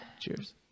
Cheers